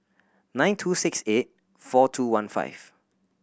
nine two six eight four two one five